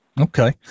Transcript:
Okay